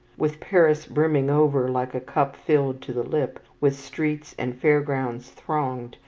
with paris brimming over like a cup filled to the lip, with streets and fair-grounds thronged,